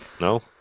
No